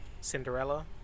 Cinderella